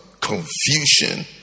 confusion